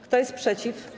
Kto jest przeciw?